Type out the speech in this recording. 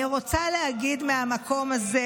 אני רוצה להגיד מהמקום הזה